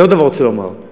אני רוצה לומר עוד דבר.